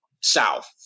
South